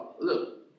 look